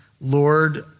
Lord